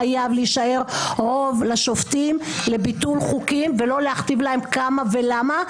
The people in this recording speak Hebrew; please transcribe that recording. חייב להישאר רוב לשופטים לביטול חוקים ולא להכתיב להם כמה ולמה,